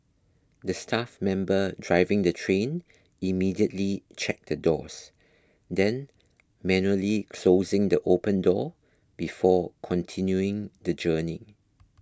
the staff member driving the train immediately checked the doors then manually closing the open door before continuing the journey